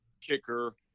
kicker